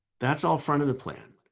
that's all front of the plan.